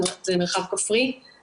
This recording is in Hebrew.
זה מרחב כפרי,